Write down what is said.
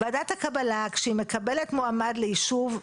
ועדת הקבלה כשהיא מקבלת מועמד ליישוב,